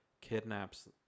Kidnaps